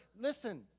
listen